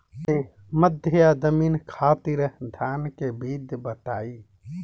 मध्य जमीन खातिर धान के बीज बताई?